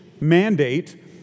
Mandate